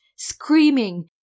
screaming